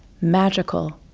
magical,